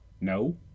No